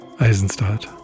Eisenstadt